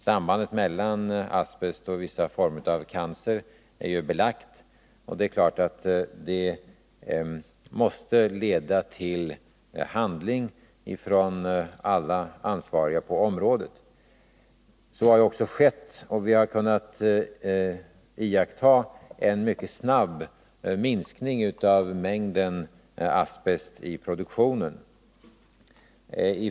Sambandet mellan asbest och vissa former av cancer är ju belagt, och det är klart att det måste leda till handling från alla ansvariga på området. Så har också skett, och vi har kunnat iaktta en mycket snabb minskning av mängden asbest i produktionen.